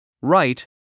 Right